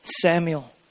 Samuel